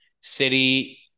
City